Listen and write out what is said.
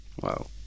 Wow